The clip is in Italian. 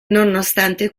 nonostante